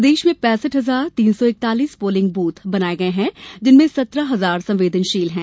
प्रदेश में पैसठ हजार तीन सौ इकतालीस पोलिंग बूथ बनाये गये हैं जिनमें सत्रह हजार संवेदनशील हैं